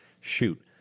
shoot